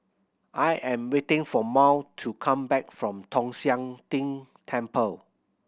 I am waiting for Mal to come back from Tong Sian Tng Temple